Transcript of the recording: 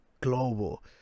global